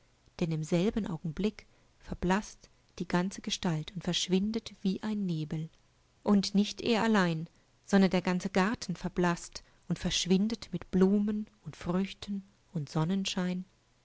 denn im selben augenblick verblaßt die ganze gestalt und schwindet wie ein nebel und nicht er allein sondern der ganze garten verblaßtundverschwindetmitblumenundfrüchtenundsonnenschein und da